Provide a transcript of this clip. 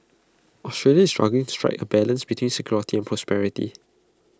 Australia is struggling to strike A balance between security and prosperity